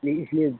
ने इसलिए